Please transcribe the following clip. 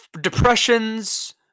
depressions